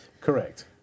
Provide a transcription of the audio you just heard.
Correct